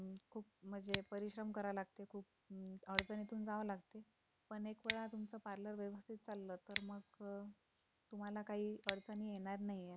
खूप म्हणजे परिश्रम करावे लागतील खूप अडचणीतून जावं लागते पण एक वेळा तुमचं पार्लर व्यवस्थित चाललं तर मग तुम्हाला काही अडचणी येणार नाही आहेत